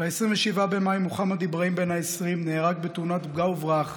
ב-27 במאי מוחמד אברהים בן ה-20 נהרג בתאונת פגע וברח,